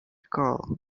call